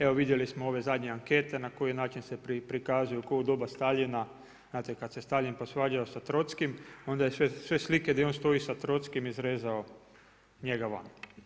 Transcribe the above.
Evo vidjeli smo ove zadnje ankete na koji način se prikazuju kao u doba Staljina, znate kad se Staljin posvađao sa Trockim onda je sve slike gdje on stoji sa Trockim izrezao njega van.